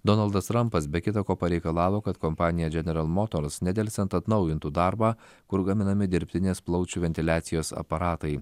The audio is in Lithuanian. donaldas trampas be kita ko pareikalavo kad kompanija general motors nedelsiant atnaujintų darbą kur gaminami dirbtinės plaučių ventiliacijos aparatai